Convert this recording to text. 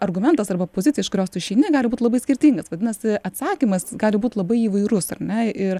argumentas arba pozicija iš kurios tu išeini gali būt labai skirtingas vadinasi atsakymas gali būt labai įvairus ar ne ir